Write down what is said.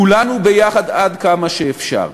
כולנו ביחד עד כמה שאפשר.